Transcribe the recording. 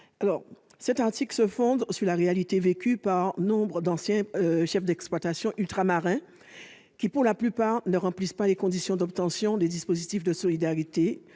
collègues, cet article se fonde sur la réalité vécue par nombre d'anciens chefs d'exploitation ultramarins qui, pour la plupart, ne remplissent pas les conditions d'obtention des dispositifs de solidarité,